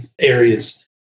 areas